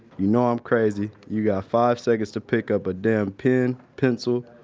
you know i'm crazy. you got five seconds to pick up a damn pen, pencil,